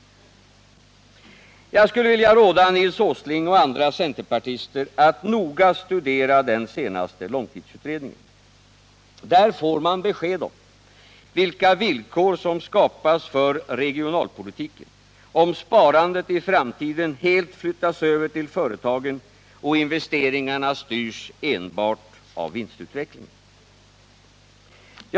Jag skulle vilja råda Nils Åsling och andra centerpartister att noga studera den senaste långtidsutredningen. Där får man besked om vilka villkor som skapas för regionalpolitiken, om sparandet i framtiden helt flyttas över till företagen och investeringarna styrs enbart av vinstutvecklingen.